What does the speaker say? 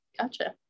Gotcha